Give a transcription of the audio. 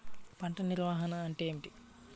పంట నిర్వాహణ అంటే ఏమిటి?